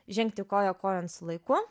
žengti koja kojon su laiku